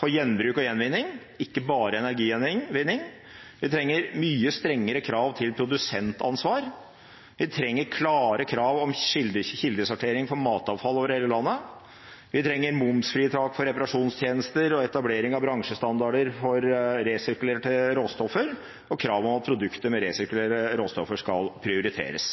for gjenbruk og gjenvinning, ikke bare energigjenvinning. Vi trenger mye strengere krav til produsentansvar. Vi trenger klare krav om kildesortering for matavfall over hele landet. Vi trenger momsfritak for reparasjonstjenester, etablering av bransjestandarder for resirkulerte råstoffer og krav om at produkter av resirkulerte råstoffer skal prioriteres.